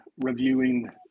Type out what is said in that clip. reviewing